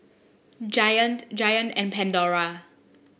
Giant Giant and Pandora